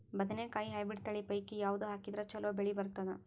ಬದನೆಕಾಯಿ ಹೈಬ್ರಿಡ್ ತಳಿ ಪೈಕಿ ಯಾವದು ಹಾಕಿದರ ಚಲೋ ಬೆಳಿ ಬರತದ?